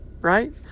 right